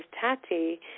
Tati